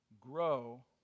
grow